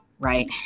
Right